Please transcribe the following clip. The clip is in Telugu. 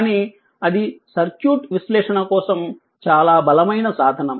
కానీ అది సర్క్యూట్ విశ్లేషణ కోసం చాలా బలమైన సాధనం